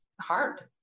hard